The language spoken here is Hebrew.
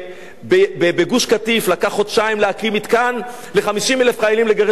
בגוש-קטיף לקח חודשיים להקים מתקן ל-50,000 חיילים לגרש יהודים.